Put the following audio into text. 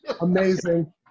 amazing